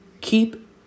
Keep